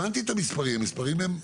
הבנתי את המספרים, המספרים הם אסטרונומיים,